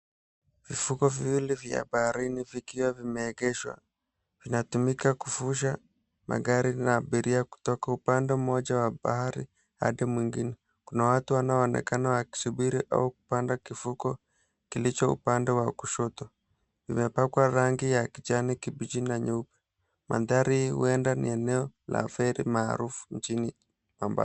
Vivuko viwili vya baharini vikiwa vimeegeshwa vinatumika kuvusha magari na abiria kutoka upande mmoja wa bahari hadi mwingine. Kuna watu wanaonekana wakisubiri au kupanda kivuko kilicho upande wa kushoto. Imepakwa rangi ya kijani kibichi na nyeupe. Maanthari huenda ni eneo la feri maarufu nchini Momba